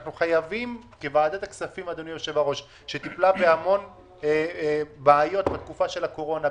אנחנו כוועדת הכספים שטיפלה בהמון בעיות בתקופה של הקורונה,